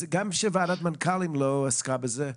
אז למרות שוועדת המנכ"לים לא עסקה בזה,